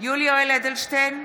יולי יואל אדלשטיין,